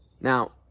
Now